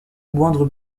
moindre